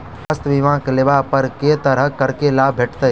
स्वास्थ्य बीमा लेबा पर केँ तरहक करके लाभ भेटत?